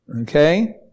Okay